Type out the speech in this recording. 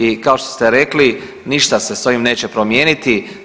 I kao što ste rekli ništa se s ovim neće promijeniti.